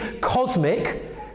cosmic